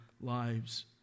lives